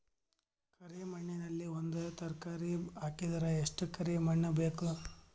ಕರಿ ಮಣ್ಣಿನಲ್ಲಿ ಒಂದ ತರಕಾರಿ ಹಾಕಿದರ ಎಷ್ಟ ಕರಿ ಮಣ್ಣು ಬೇಕು?